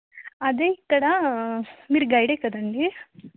అదే ఇక్కడ మీరు గైడే కదా అండి